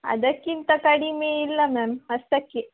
ಅದಕ್ಕಿಂತ ಕಡಿಮೆ ಇಲ್ಲ ಮ್ಯಾಮ್ ಅಷ್ಟಕ್ಕೇ